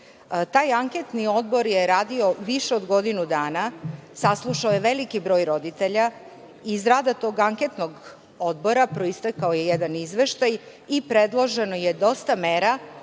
Taj Anketni odbor je radio više od godinu dana, saslušao je veliki broj roditelja. Iz rada tog Anketnog odbora proistekao je jedan izveštaj i predloženo je dosta mera